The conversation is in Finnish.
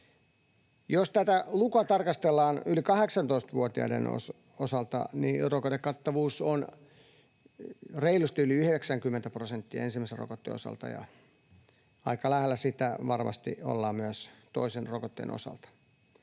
Jos tätä lukua tarkastellaan yli 18-vuotiaiden osalta, niin rokotekattavuus on reilusti yli 90 prosenttia ensimmäisen rokotteen osalta, ja aika lähellä sitä varmasti ollaan myös toisen rokotteen osalta.